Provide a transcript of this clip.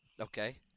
Okay